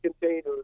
containers